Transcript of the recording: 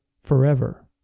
forever